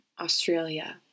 Australia